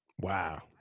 Wow